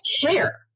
care